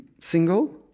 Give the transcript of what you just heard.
single